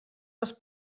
les